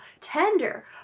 tender